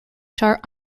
chart